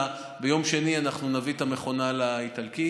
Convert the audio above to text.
ביום שני אנחנו נביא את המכונה לאיטלקי,